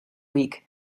week